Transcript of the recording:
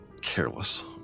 careless